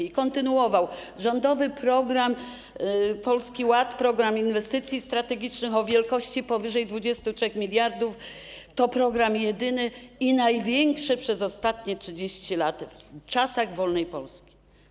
I kontynuował: Rządowy Fundusz Polski Ład: Program Inwestycji Strategicznych o wielkości powyżej 23 mld to program jedyny i największy przez ostanie 30 lat w czasach wolnej Polski.